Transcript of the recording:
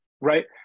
right